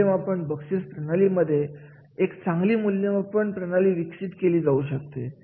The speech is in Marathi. मूल्यमापन बक्षीस प्रणाली मध्ये एक चांगली मूल्यांकन प्रणाली विकसित केली जाऊ शकते